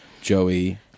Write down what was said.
Joey